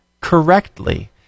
correctly